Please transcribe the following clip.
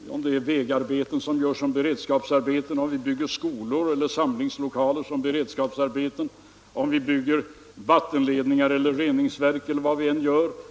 Om det är vägarbete som görs som beredskapsarbete, om vi bygger skolor eller samlingslokaler som beredskapsarbeten, om vi bygger vattenledningar, reningsverk eller vad vi nu bygger, är det inget fel.